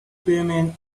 payment